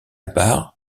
barre